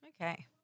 Okay